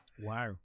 Wow